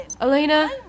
Elena